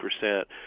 percent